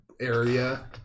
area